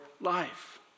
life